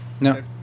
No